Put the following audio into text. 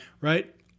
right